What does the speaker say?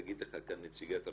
תגיד לך כאן נציגת הרשויות,